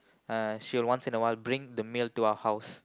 she will once in a while bring the meal to our house